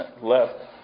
left